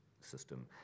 system